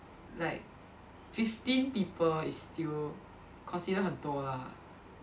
like fifteen people is still considered 很多啦